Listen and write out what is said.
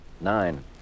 Nine